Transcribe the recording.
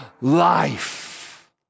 life